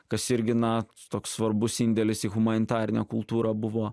kas irgi na toks svarbus indėlis į humanitarinę kultūrą buvo